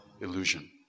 illusion